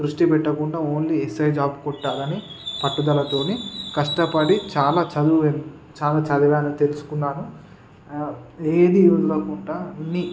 దృష్టి పెట్టకుండా only SI job కొట్టాలని పట్టుదలతోని కష్టపడి చాలా చదువు చాలా చదివాను తెలుసుకున్నాను ఏదీ వదలకుంటా అన్నీ